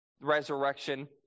resurrection